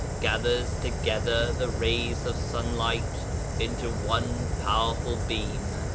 gathers to gether the rays of sunlight into one powerful beam,